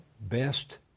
best